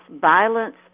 violence